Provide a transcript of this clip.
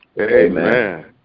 Amen